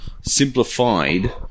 simplified